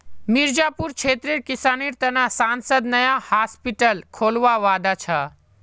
मिर्जापुर क्षेत्रेर विकासेर त न सांसद नया हॉस्पिटल खोलवार वादा छ